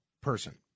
person